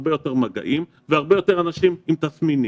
הרבה יותר מגעים, והרבה יותר אנשים עם תסמינים.